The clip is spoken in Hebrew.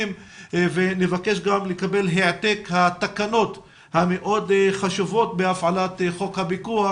ונבקש גם לגבי העתק התקנות המאוד חשובות בהפעלת חוק הפיקוח,